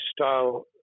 style